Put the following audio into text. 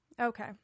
okay